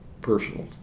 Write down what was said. personal